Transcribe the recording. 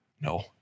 No